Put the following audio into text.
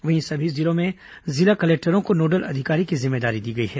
वहीं सभी जिलों में जिला कलेक्टरों को नोडल अधिकारी की जिम्मेदारी दी गई है